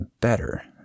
better